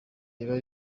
riba